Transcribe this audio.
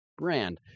brand